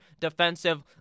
defensive